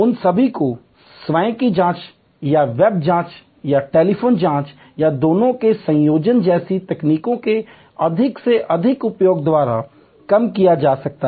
उन सभी को स्वयं की जाँच या वेब जाँच या टेलीफ़ोन जाँच या दोनों के संयोजन जैसी तकनीकों के अधिक से अधिक उपयोग द्वारा कम किया जा सकता है